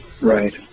Right